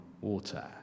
water